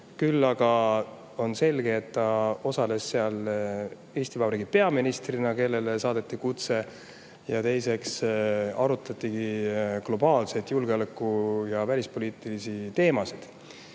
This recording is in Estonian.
Küll aga on selge, et ta osales seal Eesti Vabariigi peaministrina, kellele saadeti kutse, ja arutati globaalse julgeoleku ja välispoliitika teemasid.